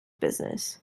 business